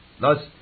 Thus